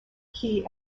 key